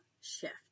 shift